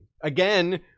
Again